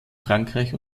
frankreich